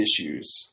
issues